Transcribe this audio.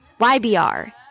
YBR